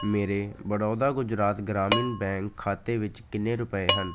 ਮੇਰੇ ਬੜੌਦਾ ਗੁਜਰਾਤ ਗ੍ਰਾਮੀਣ ਬੈਂਕ ਖਾਤੇ ਵਿੱਚ ਕਿੰਨੇ ਰੁਪਏ ਹਨ